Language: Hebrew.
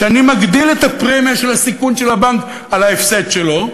כשאני מגדיל את הפרמיה של הסיכון של הבנק על ההפסד שלו,